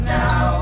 now